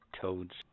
toads